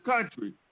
country